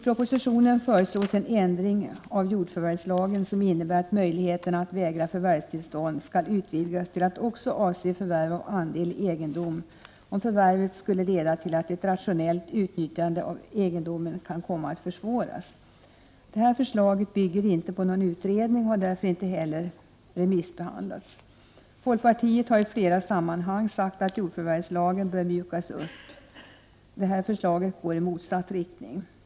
propositionen föreslås en ändring av jordförvärvslagen som innebär at möjligheterna att vägra förvärvstillstånd skall utvidgas till att också av: förvärv av andel i egendom om förvärvet skulle leda till att ett ratone utnyttjande av egendomen kan komma att försvåras. Detta förslag bygger inte på någon utredning och har därför inte heller remissbehandlats. Folkpartiet har i flera sammanhang sagt att jordförvärvslagen bör mjukas upp. Detta förslag går i motsatt riktning.